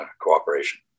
cooperation